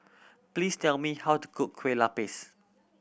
please tell me how to cook Kueh Lapis